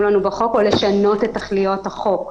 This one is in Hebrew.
לנו בחוק או לשנות את תכליות החוק.